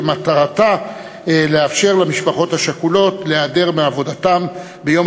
ומטרתה לאפשר למשפחות השכולות להיעדר מעבודתן ביום